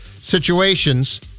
situations